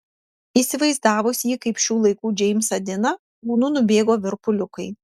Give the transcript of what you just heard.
įsivaizdavus jį kaip šių laikų džeimsą diną kūnu nubėgo virpuliukai